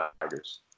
Tigers